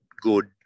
good